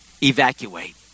evacuate